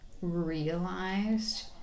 realized